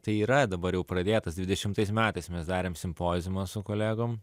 tai yra dabar jau pradėtas dvidešimtais metais mes darėm simpoziumą su kolegom